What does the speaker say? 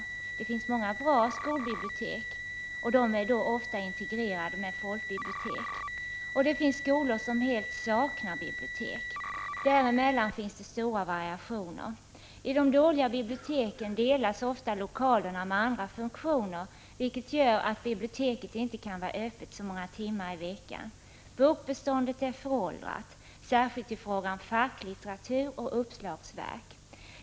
Det finns många bra skolbibliotek. De är ofta integrerade med folkbibliotek. Men det finns skolor som helt saknar bibliotek. Där emellan finns stora variationer. I de dåliga biblioteken delas ofta lokalerna med andra funktioner, vilket gör att biblioteket inte kan vara öppet så många timmar i veckan. Bokbeståndet är föråldrat, särskilt i fråga om facklitteratur och uppslagsverk.